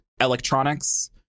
electronics